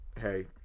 hey